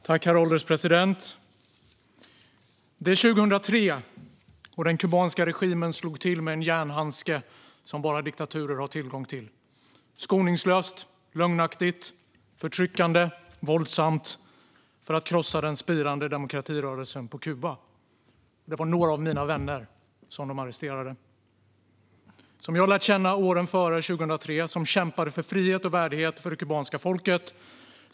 Herr ålderspresident! År 2003 slog den kubanska regimen till med den järnhandske som bara diktaturer har tillgång till, skoningslöst, lögnaktigt, förtryckande och våldsamt, för att krossa den spirande demokratirörelsen på Kuba. Det var några av mina vänner de arresterade. Jag hade lärt känna dem åren före 2003. De kämpade för frihet och värdighet för det kubanska folket.